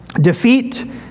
Defeat